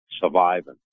surviving